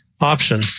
option